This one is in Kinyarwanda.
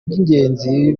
by’ingenzi